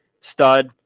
stud